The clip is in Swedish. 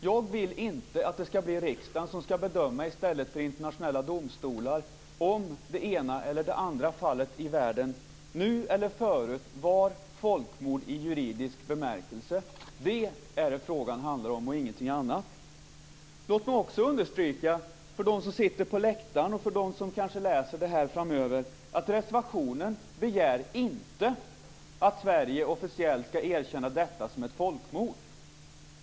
Jag vill inte att det ska bli riksdagen i stället för internationella domstolar som bedömer om det ena eller det andra fallet i världen, nu eller förut, var folkmord i juridisk bemärkelse. Det är det frågan handlar om och ingenting annat. Det är det som frågan handlar om och ingenting annat. Låt mig också understryka för dem som sitter på läktaren och för dem som kanske läser det här framöver att man i reservationen inte begär att Sverige officiellt ska erkänna detta som ett folkmord.